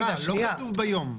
לא ביום.